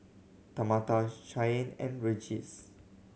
Tamatha Shyanne and Regis